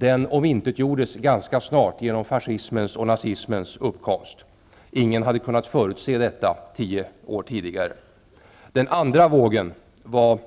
Den omintetgjordes ganska snart genom fascismens och nazismens uppkomst. Ingen hade kunnat förutse detta tio år tidigare. Den andra vågen kom